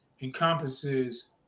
encompasses